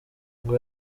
ngo